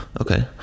okay